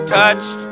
touched